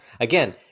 Again